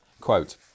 Quote